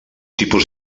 tipus